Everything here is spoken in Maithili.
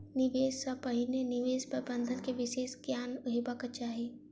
निवेश सॅ पहिने निवेश प्रबंधन के विशेष ज्ञान हेबाक चाही